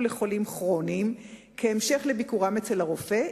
לחולים כרוניים כהמשך לביקורם אצל הרופא,